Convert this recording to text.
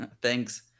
Thanks